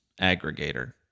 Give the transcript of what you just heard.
aggregator